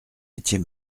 étiez